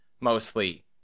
mostly